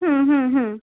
হুম হুম হুম